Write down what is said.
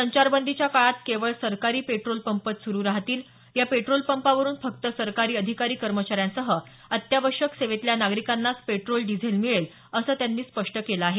संचारबंदीच्या काळात केवळ सरकारी पेट्रोलपंपच सुरु राहतील या पेट्रोल पंपावरुन फक्त सरकारी अधिकारी कर्मचाऱ्यांसह अत्यावश्यक सेवेतल्या नागरिकांनाच पेट्रोल डिझेल मिळेल असं त्यांनी स्पष्ट केलं आहे